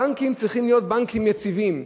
בנקים צריכים להיות בנקים יציבים.